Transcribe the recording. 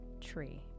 tree